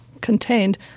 contained